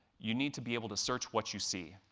you need to be able to search what you see.